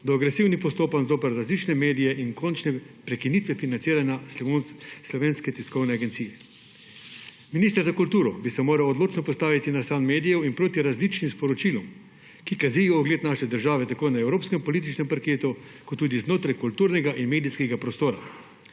do agresivnih postopanj zoper različne medije in končne prekinitve financiranja Slovenske tiskovne agencije. Minister za kulturo bi se moral odločno postaviti na stran medijev in proti različnim sporočilom, ki kazijo ugled naše države tako na evropskem političnem parketu kot tudi znotraj kulturnega in medijskega prostora.